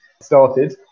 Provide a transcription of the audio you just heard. started